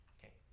Okay